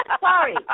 sorry